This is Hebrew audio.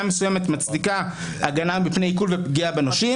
מסוימת מצדיקה הגנה מפני עיקול ופגיעה בנושים.